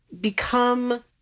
become